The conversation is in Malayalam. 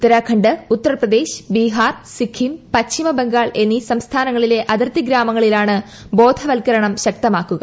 ഉത്തരാഖണ്ഡ് ഉത്തർപ്രദേശ് ബിഹാർ സിക്കിം പശ്ചിമ ബംഗാൾ എന്നീ സംസ്ഥാനങ്ങളിലെ അതിർത്തി ഗ്രാമങ്ങളിലാണ് ബോധവൽക്കരണം ശക്തമാക്കുക